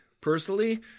personally